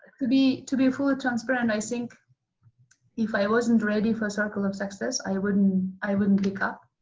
to be to be fully transparent, i think if i wasn't ready for circle of success, i wouldn't i wouldn't pick up.